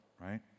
right